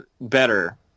better